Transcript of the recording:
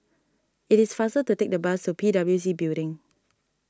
it is faster to take the bus to P W C Building